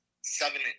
seven